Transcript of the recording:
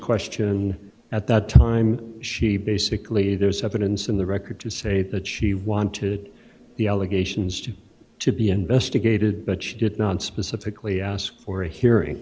question at that time she basically there's evidence in the record to say that she wanted the allegations to be investigated but she did not specifically ask for a hearing